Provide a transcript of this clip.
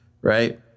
right